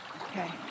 Okay